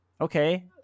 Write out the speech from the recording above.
Okay